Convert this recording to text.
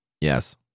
Yes